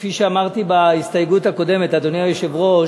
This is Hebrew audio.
כפי שאמרתי בהסתייגות הקודמת, אדוני היושב-ראש,